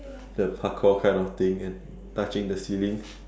the parkour kind of thing and touching the ceiling